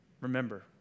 Remember